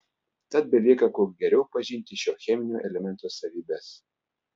tad belieka kuo geriau pažinti šio cheminio elemento savybes